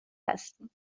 هستیم